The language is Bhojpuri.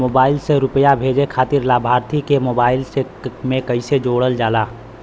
मोबाइल से रूपया भेजे खातिर लाभार्थी के मोबाइल मे कईसे जोड़ल जाला?